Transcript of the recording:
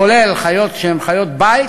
כולל חיות שהן חיות בית,